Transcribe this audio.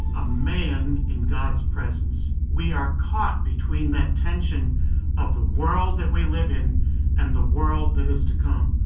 a man in god's presence. we are caught between that tension of the world that we live in and the world that is to come.